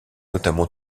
notamment